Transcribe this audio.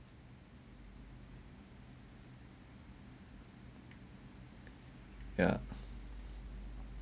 ya